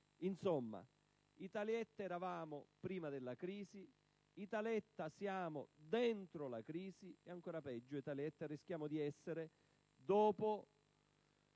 Insomma, Italietta eravamo prima della crisi, Italietta siamo dentro la crisi e, ancora peggio, Italietta rischiamo di essere dopo